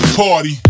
party